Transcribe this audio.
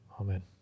Amen